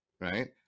right